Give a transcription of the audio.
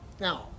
Now